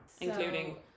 including